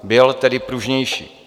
Byl tedy pružnější.